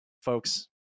folks